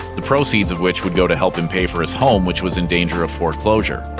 the proceeds of which would go to help him pay for his home which was in danger of foreclosure.